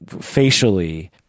facially